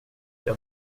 jag